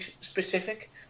Specific